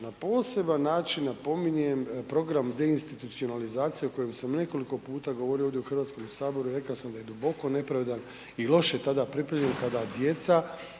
na poseban način napominjem program deinstitucionalizacije o kojem sam nekoliko puta govorio ovdje u HS i rekao sam da je duboko nepravedan i loše je tada pripremljen kada djeca,